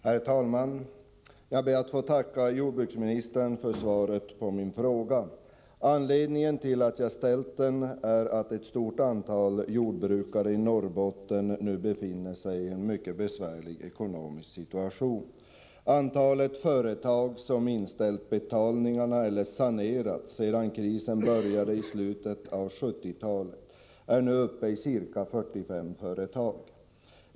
Herr talman! Jag ber att få tacka jordbruksministern för svaret på min fråga. Anledningen till att jag har ställt frågan är att ett stort antal jordbrukare i Norrbotten befinner sig i en mycket besvärlig ekonomisk situation. Antalet företag som inställt betalningarna eller sanerats sedan krisen började i slutet av 1970-talet är nu uppe i ca 45.